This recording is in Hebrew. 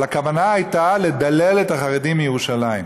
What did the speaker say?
אבל הכוונה הייתה לדלל את החרדים בירושלים,